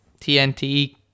TNT